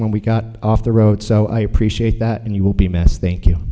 when we got off the road so i appreciate that and you will be a mess think you